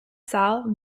salle